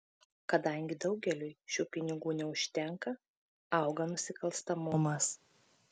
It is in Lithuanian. kadangi daugeliui šių pinigų neužtenka auga nusikalstamumas